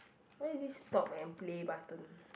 what is this stop and play button